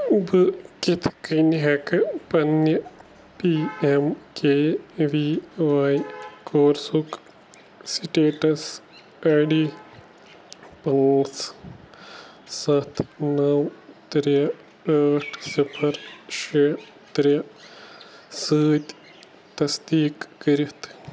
بہٕ کِتھ کٔنۍ ہٮ۪کہٕ پَنٛنہِ P M K V Y کورسُک سٕٹیٹَس پیڈی پانٛژھ سَتھ نَو ترٛےٚ ٲٹھ صِفَر شےٚ ترٛےٚ سۭتۍ تصدیٖق کٔرِتھ